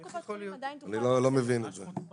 כל קופת חולים עדיין תוכל --- אני לא מבין את זה.